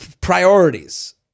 priorities